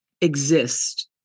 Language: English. exist